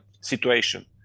situation